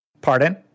Pardon